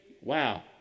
Wow